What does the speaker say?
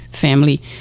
Family